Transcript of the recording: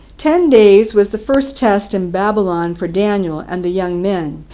ten days was the first test in babylon for daniel and the young men